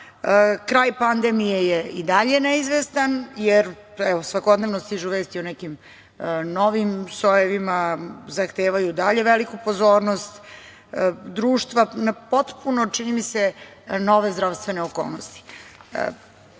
pandemije je i dalje neizvestan, jer svakodnevno stižu vesti o nekim novim sojevima, zahtevaju dalje veliku pozornost društva na potpuno, čini mi se, nove zdravstvene okolnosti. Osim